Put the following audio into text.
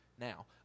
now